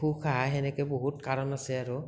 সুখ অহা সেনেকে বহুত কাৰণ আছে আৰু